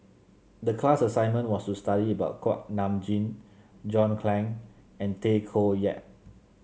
the class assignment was to study about Kuak Nam Jin John Clang and Tay Koh Yat